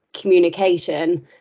communication